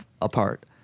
apart